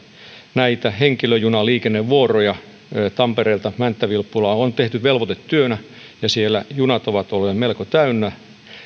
näitä henkilöjunaliikennevuoroja tampereelta mänttä vilppulaan on tehty velvoitetyönä siellä junat ovat olleet melko täynnä